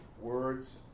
words